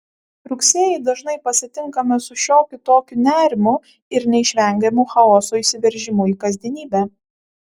rugsėjį dažnai pasitinkame su šiokiu tokiu nerimu ir neišvengiamu chaoso įsiveržimu į kasdienybę